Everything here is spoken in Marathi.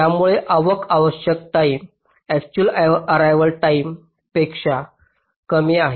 त्यामुळे आवक आवश्यक टाईम अक्चुअल अर्रेवाल टाईमपेक्षा कमी आहे